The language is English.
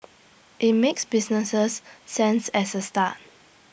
IT makes business sense as A start